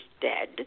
dead